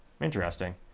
Interesting